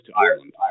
Ireland